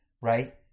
right